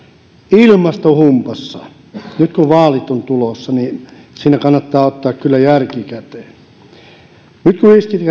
ilmastohumpassa nyt kun vaalit ovat tulossa kannattaa ottaa kyllä järki käteen nyt